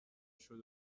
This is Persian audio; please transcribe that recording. شده